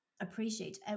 appreciate